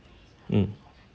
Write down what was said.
mm